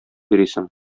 йөрисең